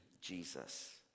Jesus